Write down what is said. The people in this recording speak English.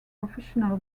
official